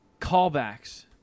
callbacks